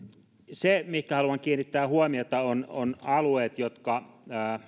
se mihinkä haluan kiinnittää huomiota on on alueet jotka